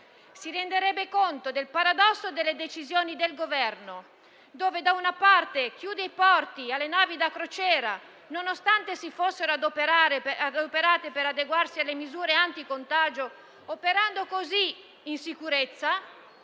si renderebbe conto del paradosso delle decisioni del Governo, che da una parte chiude i porti alle navi da crociera, nonostante si fossero adoperate per adeguarsi alle misure anticontagio, operando così in sicurezza,